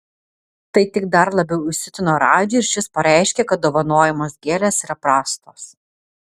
tai tik dar labiau įsiutino radžį ir šis pareiškė kad dovanojamos gėlės yra prastos